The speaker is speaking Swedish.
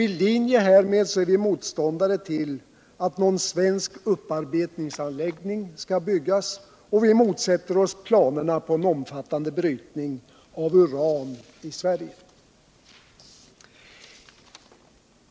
I linje härmed är vi motståndare till att någon svensk upparbetningsanläggning skall byggas, och vi motsätter oss planerna på en omfattande brytning av uran i Sverige.